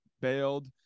bailed